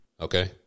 Okay